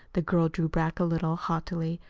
the girl drew back a little haughtily.